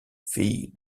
fille